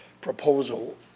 proposal